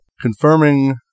confirming